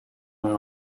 hun